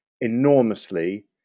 enormously